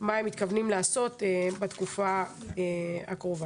מה הם מתכוונים לעשות בתקופה הקרובה.